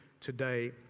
today